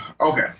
okay